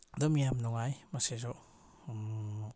ꯑꯗꯨꯝ ꯌꯥꯝ ꯅꯨꯡꯉꯥꯏ ꯃꯁꯤꯁꯨ